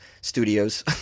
studios